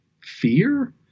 fear